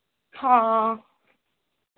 ହଁ